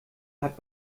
hat